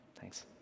Thanks